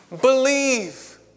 believe